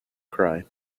cry